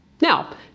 Now